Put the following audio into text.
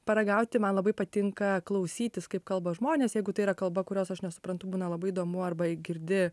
paragauti man labai patinka klausytis kaip kalba žmonės jeigu tai yra kalba kurios aš nesuprantu būna labai įdomu arba girdi